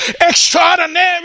Extraordinary